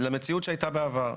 למציאות שהייתה בעבר.